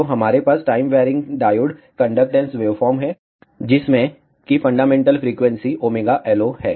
तो हमारे पास time varying diode conductance waveform है जिसमें की फंडामेंटल फ्रीक्वेंसी ωLO है